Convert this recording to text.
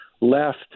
left